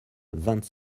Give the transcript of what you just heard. vingt